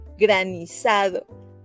granizado